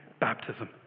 baptism